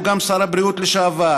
הוא גם שר הבריאות לשעבר,